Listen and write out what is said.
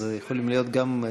אז הם יכולים להיות גם.